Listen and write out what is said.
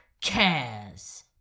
cares